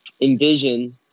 envision